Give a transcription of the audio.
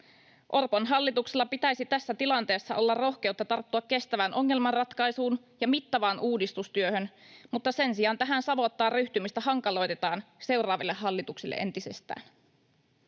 Orpon hallituksella pitäisi tässä tilanteessa olla rohkeutta tarttua kestävään ongelmanratkaisuun ja mittavaan uudistustyöhön, mutta sen sijaan tähän savottaan ryhtymistä hankaloitetaan seuraaville hallituksille entisestään.